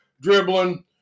Dribbling